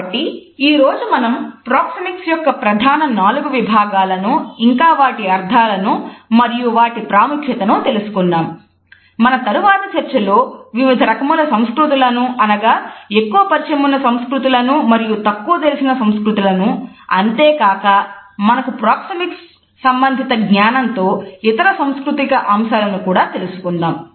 కాబట్టి ఈ రోజు మనం ప్రోక్సెమిక్స్ సంబంధిత జ్ఞానంతో ఇతర సాంస్కృతిక అంశాలను తెలుసుకుందాము